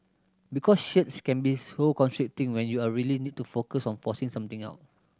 because shirts can be so constricting when you are really need to focus on forcing something out